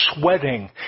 sweating